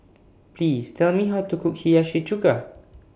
Please Tell Me How to Cook Hiyashi Chuka